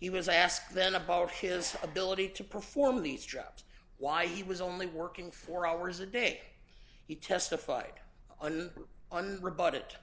he was asked then about his ability to perform these jobs why he was only working four hours a day he testified on rebut it